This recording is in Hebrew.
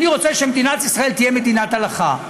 אני רוצה שמדינת ישראל תהיה מדינת הלכה.